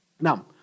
Now